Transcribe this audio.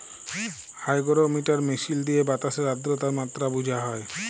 hygrometer মিশিল দিঁয়ে বাতাসের আদ্রতার মাত্রা বুঝা হ্যয়